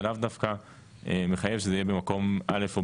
זה לאו דווקא מחייב שזה יהיה במקום א' או